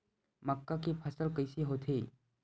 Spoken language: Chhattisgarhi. मक्का के फसल कइसे होथे?